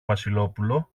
βασιλόπουλο